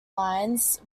lines